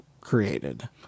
created